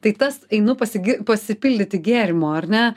tai tas einu pasigi pasipildyti gėrimo ar ne